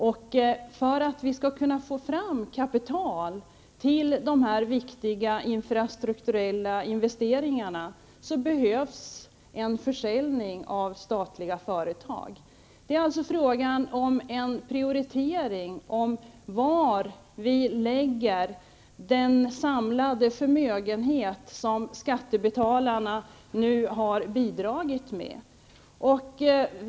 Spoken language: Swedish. Och för att vi skall kunna få fram kapital till de viktiga infrastrukturella investeringarna behövs en försäljning av statliga företag. Det är alltså fråga om en prioritering -- var vi lägger den samlade förmögenhet som skattebetalarna nu har bidragit med.